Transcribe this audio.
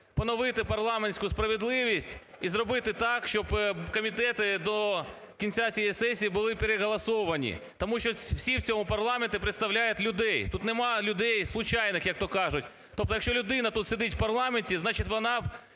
поновити парламентську справедливість і зробити так, щоб комітети до кінця цієї сесії були переголосовані, тому що всі в цьому парламенті представляють людей, тут немає людей случайних, як то кажуть. Тобто, якщо людина тут сидить в парламенті, значить вона